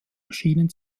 erschienen